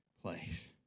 Place